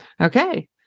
okay